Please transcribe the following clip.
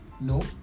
No